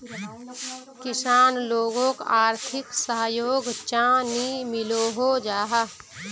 किसान लोगोक आर्थिक सहयोग चाँ नी मिलोहो जाहा?